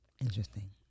Interesting